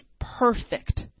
perfect